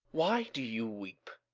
why do you weep?